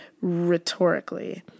rhetorically